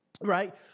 Right